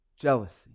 jealousy